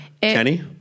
Kenny